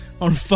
on